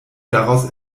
daraus